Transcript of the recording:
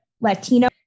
Latino